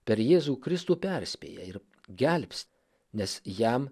per jėzų kristų perspėja ir gelbs nes jam